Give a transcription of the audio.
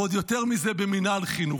ועוד יותר מזה במינהל חינוך.